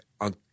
on